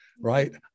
right